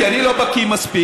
כי אני לא בקי מספיק.